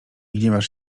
gniewasz